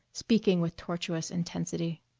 speaking with tortuous intensity.